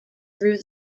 through